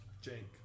Jake